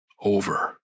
over